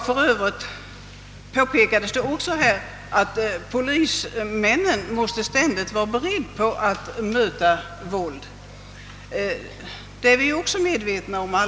Här har också sagts att polismännen ständigt måste vara beredda att möta våld, och det är vi alla medvetna om.